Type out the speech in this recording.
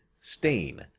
Stain